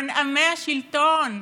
מנעמי השלטון,